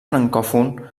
francòfon